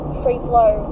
free-flow